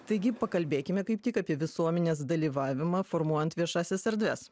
taigi pakalbėkime kaip tik apie visuomenės dalyvavimą formuojant viešąsias erdves